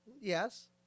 yes